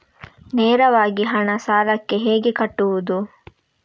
ನೇರವಾಗಿ ಹಣ ಸಾಲಕ್ಕೆ ಹೇಗೆ ಕಟ್ಟುವುದು?